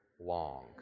long